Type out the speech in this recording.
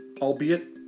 albeit